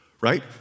right